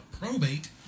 probate